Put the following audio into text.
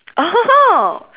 oh